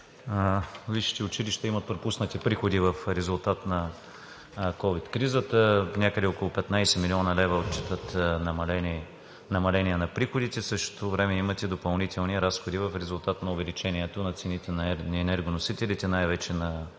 Висшите училища имат пропуснати приходи в резултат на ковид кризата. Някъде около 15 млн. лв. отчитат намаление на приходите. В същото време имате допълнителни разходи в резултат на увеличението на цените на енергоносителите най-вече на